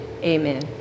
amen